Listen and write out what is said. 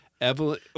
Evelyn